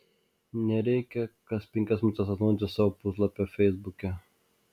nereikia kas penkias minutes atnaujinti savo puslapio feisbuke